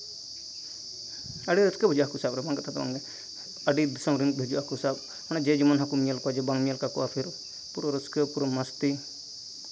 ᱟᱹᱰᱤ ᱨᱟᱹᱥᱠᱟᱹ ᱵᱩᱡᱷᱟᱹᱜᱼᱟ ᱦᱟᱹᱠᱩ ᱥᱟᱵ ᱨᱮ ᱢᱟᱨᱟᱝ ᱠᱟᱛᱷᱟ ᱫᱚ ᱚᱱᱟ ᱟᱹᱰᱤ ᱫᱤᱥᱚᱢ ᱨᱮᱱ ᱠᱚ ᱦᱤᱡᱩᱜᱼᱟ ᱦᱟᱹᱠᱩ ᱥᱟᱵ ᱢᱟᱱᱮ ᱡᱮ ᱡᱮᱢᱚᱱ ᱦᱟᱹᱠᱩ ᱧᱮᱞ ᱠᱚᱣᱟ ᱵᱟᱢ ᱧᱮᱞ ᱠᱟᱠᱚᱣᱟ ᱯᱷᱤᱨ ᱯᱩᱨᱟᱹ ᱨᱟᱹᱥᱠᱟᱹ ᱯᱩᱨᱟᱹ ᱢᱟᱹᱥᱛᱤ